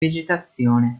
vegetazione